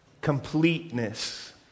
Completeness